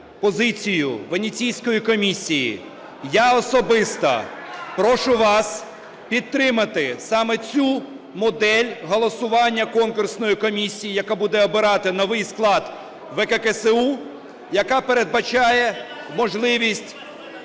позицію Венеційської комісії, я особисто прошу вас підтримати саме цю модель голосування конкурсної комісії, яка буде обирати новий склад ВККСУ, яка передбачає можливість